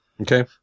okay